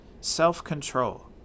self-control